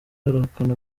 arahakana